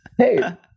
Hey